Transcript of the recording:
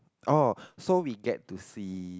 oh so we get to see